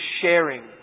sharing